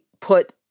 put